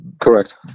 Correct